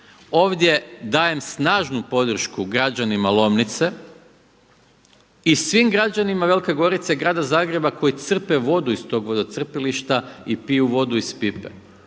Ovdje dajem snažnu podršku građanima Lomnice i svim građanima Velike Gorice i grada Zagreba koji crpe vodu iz tog vodocrpilišta i piju vodu iz pipe.